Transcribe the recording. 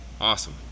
Awesome